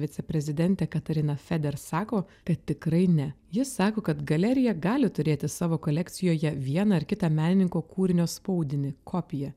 viceprezidentė katarina feder sako kad tikrai ne ji sako kad galerija gali turėti savo kolekcijoje vieną ar kitą menininko kūrinio spaudinį kopiją